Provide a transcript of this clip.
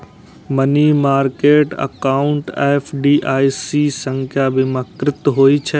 money market account FDIC सं बीमाकृत होइ छै